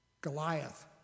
Goliath